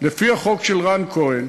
לפי החוק של רן כהן